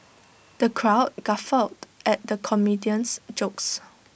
the crowd guffawed at the comedian's jokes